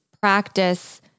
practice